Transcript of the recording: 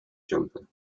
jumper